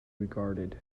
regarded